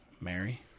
Mary